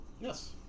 Yes